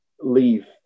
leave